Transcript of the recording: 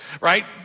Right